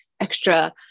extra